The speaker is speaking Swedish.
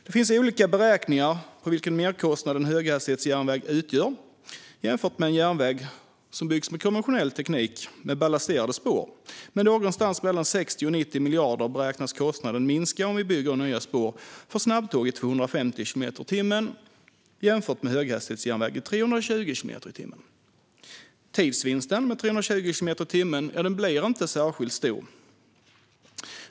Det finns olika beräkningar på vilken merkostnad en höghastighetsjärnväg utgör jämfört med en järnväg som byggs med konventionell teknik, med ballasterade spår, men någonstans mellan 60 och 90 miljarder beräknas kostnaden minska om vi bygger nya spår för snabbtåg i 250 kilometer i timmen jämfört med höghastighetsjärnväg i 320 kilometer i timmen. Tidsvinsten med 320 kilometer i timmen blir inte särskilt stor.